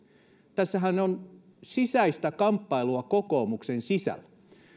tässähän on sisäistä kamppailua kokoomuksen